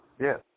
Yes